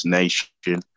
nation